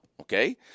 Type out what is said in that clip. okay